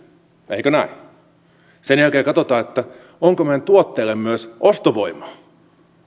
eikö näin sen jälkeen katsotaan että onko meidän tuotteellemme myös ostovoimaa